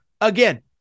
Again